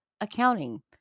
accounting